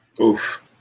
oof